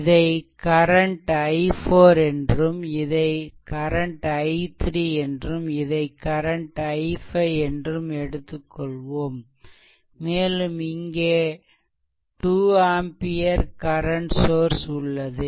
இதை current i4 என்றும் இதை கரண்ட் i3 என்றும் இதை கரண்ட் i5 என்றும் எடுத்துக் கொள்வோம் மேலும் இங்கே 2 ஆம்பியர் கரண்ட் சோர்ஸ் உள்ளது